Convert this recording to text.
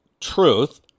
truth